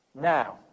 Now